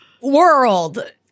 world